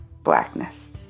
blackness